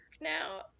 now